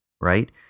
right